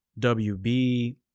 WB